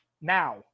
now